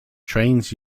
trains